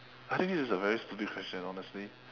I think this is a very stupid question honestly